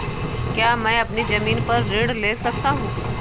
क्या मैं अपनी ज़मीन पर ऋण ले सकता हूँ?